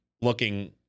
looking